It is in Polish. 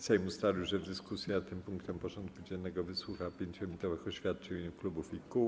Sejm ustalił, że w dyskusji nad tym punktem porządku dziennego wysłucha 5-minutowych oświadczeń w imieniu klubów i kół.